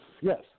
Yes